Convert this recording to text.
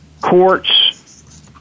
courts